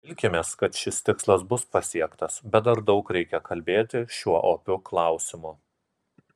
vilkimės kad šis tikslas bus pasiektas bet dar daug reikia kalbėti šiuo opiu klausimu